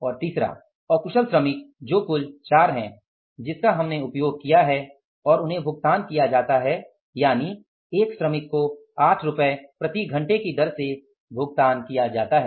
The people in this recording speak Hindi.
और तीसरा अकुशल श्रमिक जो कुल 4 है जिसका हमने उपयोग किया है और उन्हें भुगतान किया जाता है यानि एक श्रमिक को 8 रुपये प्रति घंटे की दर से भुगतान किया जाता है